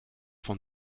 von